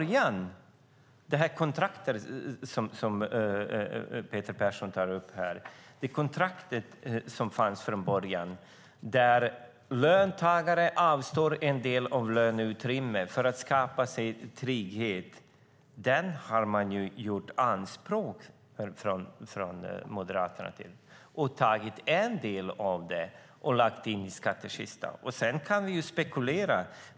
Det kontrakt Peter Persson tar upp och som fanns från början, där löntagare avstår en del av löneutrymmet för att skapa sig trygghet, har man gjort anspråk på från Moderaterna. Man har tagit en del av det och lagt i skattkistan. Sedan kan vi spekulera.